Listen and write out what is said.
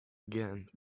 again